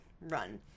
run